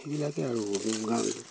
সেইবিলাকে আৰু মু গা